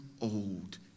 old